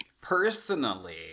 Personally